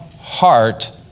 heart